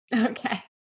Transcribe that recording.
Okay